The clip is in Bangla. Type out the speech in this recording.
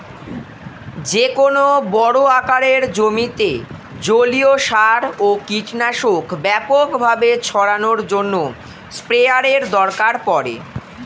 যেকোনো বড় আকারের জমিতে জলীয় সার ও কীটনাশক ব্যাপকভাবে ছড়ানোর জন্য স্প্রেয়ারের দরকার পড়ে